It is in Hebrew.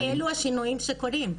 אבל אלו השינויים שקורים.